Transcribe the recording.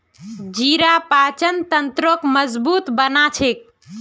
जीरा पाचन तंत्रक मजबूत बना छेक